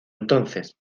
entonces